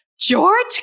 George